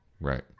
Right